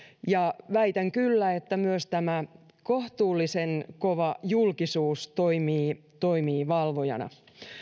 ja väitän kyllä että myös tämä kohtuullisen kova julkisuus toimii toimii valvojana